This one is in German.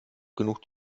genug